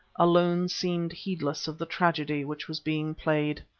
alone seemed heedless of the tragedy which was being played.